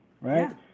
right